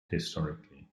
historically